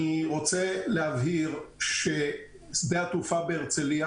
אני רוצה להבהיר ששדה התעופה בהרצליה